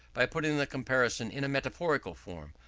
by putting the comparison in a metaphorical form,